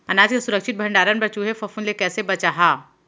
अनाज के सुरक्षित भण्डारण बर चूहे, फफूंद ले कैसे बचाहा?